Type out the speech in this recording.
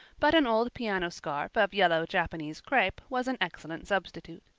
but an old piano scarf of yellow japanese crepe was an excellent substitute.